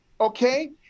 okay